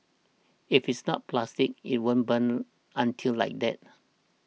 if it's not plastic it won't burn until like that